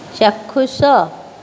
ଚାକ୍ଷୁଷ